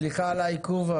סליחה על העיכוב,